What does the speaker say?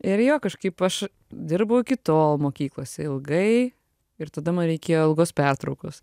ir jo kažkaip aš dirbau iki tol mokyklose ilgai ir tada man reikėjo ilgos pertraukos